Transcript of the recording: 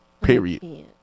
Period